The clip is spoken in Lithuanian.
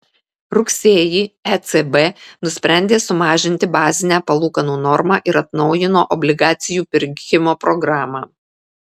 rugsėjį ecb nusprendė sumažinti bazinę palūkanų normą ir atnaujino obligacijų pirkimo programą